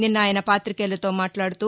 నిన్న ఆయన పాతికేయులతో మాట్లాడుతూ